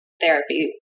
therapy